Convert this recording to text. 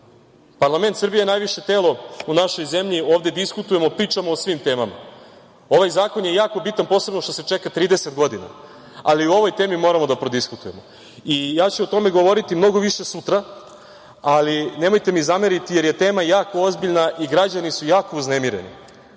mestu. Parlament Srbije je najviše telo u našoj zemlji. Ovde diskutujemo, pričamo o svim temama. Ovaj zakon je jako bitan, posebno što se čeka 30 godina, ali i o ovoj temi moramo da prodiskutujemo. Ja ću o tome govoriti mnogo više sutra, ali nemojte mi zameriti jer je tema jako ozbiljna i građani su jako uznemireni. Ako